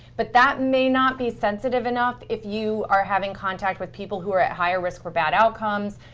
but that may not be sensitive enough if you are having contact with people who are at higher risk for bad outcomes,